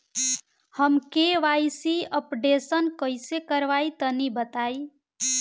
हम KYC updation कइसे करवाई तनि बताई?